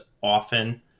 often